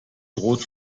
droht